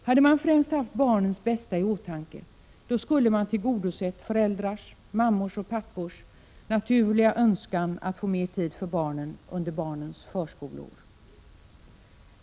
Hade man främst haft barnens bästa i åtanke, då skulle man ha tillgodosett föräldrars, mammors och pappors, naturliga önskan att få mer tid för barnen under barnens förskoleår.